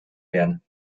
werden